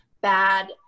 bad